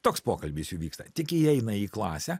toks pokalbis įvyksta tik įeina į klasę